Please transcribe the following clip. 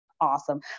awesome